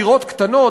"דירות קטנות",